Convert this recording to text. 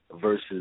versus